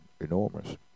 Enormous